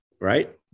right